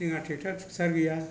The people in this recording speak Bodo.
जोंहा ट्रेक्ट'र थुकथार गैया